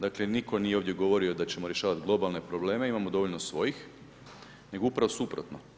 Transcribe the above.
Dakle niko nije ovdje govorio da ćemo rješavati globalne probleme, imamo dovoljno svojih nego upravo suprotno.